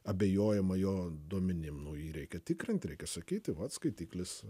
abejojama jo duomenim nų jį reikia tikrint reikia sakyti vat skaitiklis